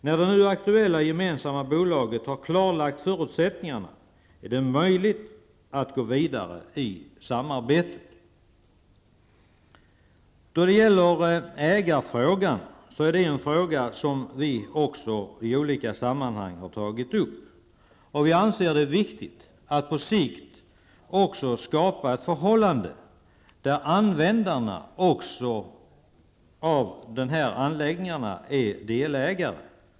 När det nu aktuella gemensamma bolaget har klarlagt förutsättningarna är det möjligt att gå vidare i samarbetet. Vi har i olika sammanhang tagit upp ägarfrågan. Vi anser att det är viktigt att man på sikt skapar ett förhållande där användarna av dessa anläggningar är delägare.